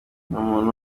umuntu